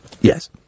yes